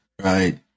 Right